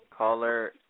Caller